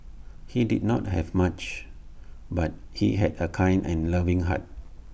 he did not have much but he had A kind and loving heart